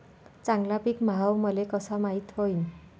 चांगला पीक भाव मले कसा माइत होईन?